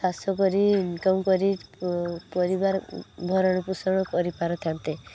ଚାଷ କରି ଇନକମ କରି ପ ପରିବାର ଭରଣ ପୋଷଣ କରିପାରିଥାନ୍ତେ